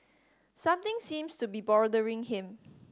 something seems to be bothering him